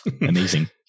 amazing